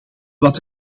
wat